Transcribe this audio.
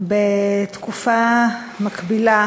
בתקופה מקבילה